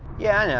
yeah,